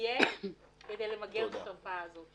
שיהיה כדי למגר את התופעה הזאת.